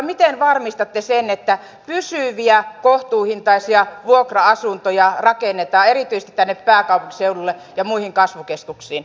miten varmistatte sen että pysyviä kohtuuhintaisia vuokra asuntoja rakennetaan erityisesti tänne pääkaupunkiseudulle ja muihin kasvukeskuksiin